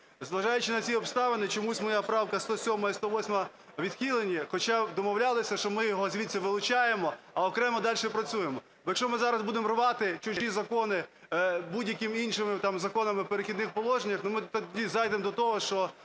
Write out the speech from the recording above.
Зважаючи на ці обставини, чомусь моя правка 107 і 108 відхилені, хоча домовлялися, що ми його звідси вилучаємо, а окремо далі працюємо. Бо якщо ми зараз будемо рвати чужі закони будь-якими іншими там законами в "Перехідних положеннях", ми тоді зайдемо до того, що